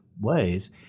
ways